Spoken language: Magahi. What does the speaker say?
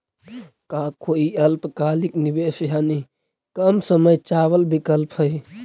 का कोई अल्पकालिक निवेश यानी कम समय चावल विकल्प हई?